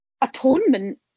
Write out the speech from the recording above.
atonement